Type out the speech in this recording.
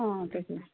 अँ त्यही त